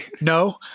No